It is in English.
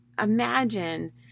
imagine